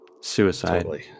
Suicide